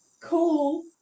cool